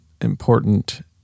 important